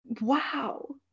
wow